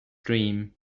dream